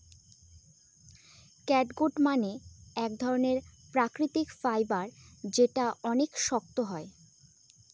catgut মানে এক ধরনের প্রাকৃতিক ফাইবার যেটা অনেক শক্ত হয়